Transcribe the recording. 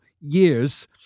years